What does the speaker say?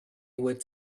with